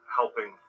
helping